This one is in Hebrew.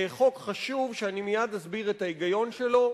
חוק חשוב שאני מייד אסביר את ההיגיון שלו.